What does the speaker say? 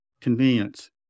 convenience